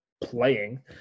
playing